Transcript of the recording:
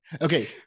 Okay